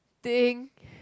thing